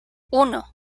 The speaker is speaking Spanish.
uno